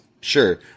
sure